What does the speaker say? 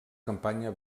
campanya